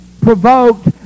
provoked